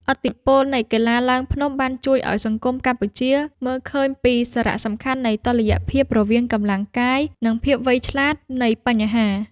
ឥទ្ធិពលនៃកីឡាឡើងភ្នំបានជួយឱ្យសង្គមកម្ពុជាមើលឃើញពីសារៈសំខាន់នៃតុល្យភាពរវាងកម្លាំងកាយ និងភាពវៃឆ្លាតនៃបញ្ញា។